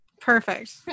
Perfect